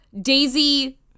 Daisy